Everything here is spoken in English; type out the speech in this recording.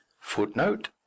footnote